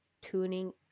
tuning